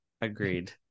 Agreed